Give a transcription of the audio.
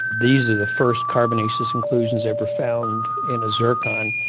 these are the first carbonaceous inclusions ever found in a zircon,